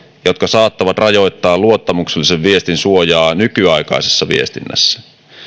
jotka saattavat rajoittaa luottamuksellisen viestin suojaa nykyaikaisessa viestinnässä